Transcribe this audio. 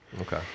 Okay